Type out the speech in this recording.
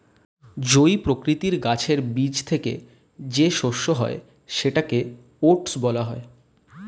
জই প্রকৃতির গাছের বীজ থেকে যে শস্য হয় সেটাকে ওটস